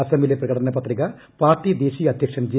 അസമിലെ പ്രകടന പത്രിക പാർട്ടി ദേശീയ അദ്ധ്യക്ഷൻ ജെ